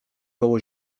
koło